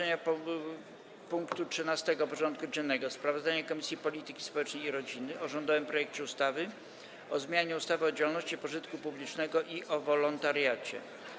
Powracamy do rozpatrzenia punktu 13. porządku dziennego: Sprawozdanie Komisji Polityki Społecznej i Rodziny o rządowym projekcie ustawy o zmianie ustawy o działalności pożytku publicznego i o wolontariacie.